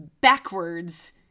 backwards